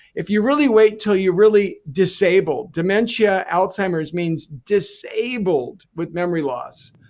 if you really wait til you really disabled, dementia, alzheimer's means disabled with memory loss.